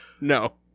No